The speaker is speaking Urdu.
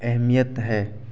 اہمیت ہے